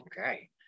Okay